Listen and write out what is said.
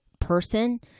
person